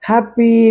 Happy